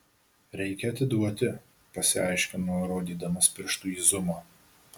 reikia atiduoti pasiaiškino rodydamas pirštu į zumą